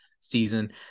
season